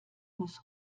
muss